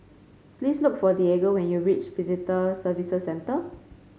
please look for Diego when you reach Visitor Service Centre